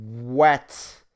wet